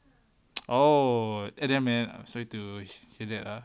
oh I didn't mean I'm sorry to hear that lah